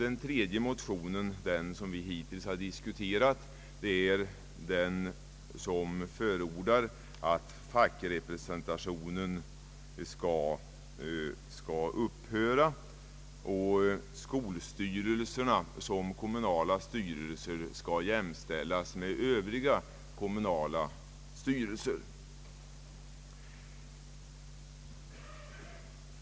Den tredje motionen, den som vi hittills har diskuterat, förordar att fackrepresentationen skall upphöra och att skolstyrelserna skall jämställas med övriga kommunala styrelser.